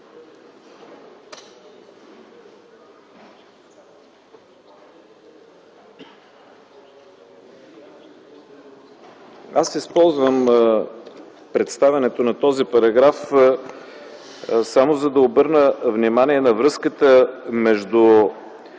Аз използвам представянето на този параграф, само за да обърна внимание на връзката между